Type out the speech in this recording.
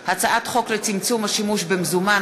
הממשלה: הצעת חוק לצמצום השימוש במזומן,